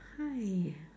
!haiya!